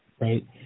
right